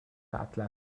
اطلس